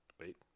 Wait